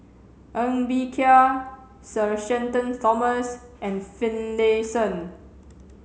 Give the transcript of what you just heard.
Ng Bee Kia Sir Shenton Thomas and Finlayson